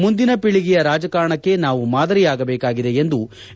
ಮುಂದಿನಪೀಳಿಗೆಯ ರಾಜಕಾರಣಕ್ಕೆ ನಾವು ಮಾದರಿಯಾಗಬೇಕಾಗಿದೆ ಎಂದರು